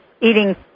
Eating